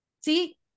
see